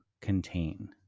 contain